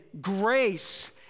grace